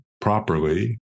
properly